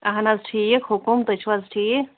اَہن حظ ٹھیٖک حُکُم تُہۍ چھِو حظ ٹھیٖک